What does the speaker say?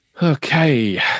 Okay